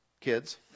kids